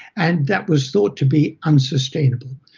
and that was thought to be unsustainable.